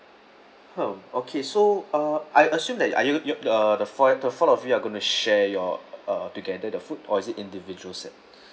[ho] okay so uh I assume that are you uh the four the four of you are gonna share your uh together the food or is it individual set